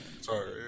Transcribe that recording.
Sorry